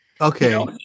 Okay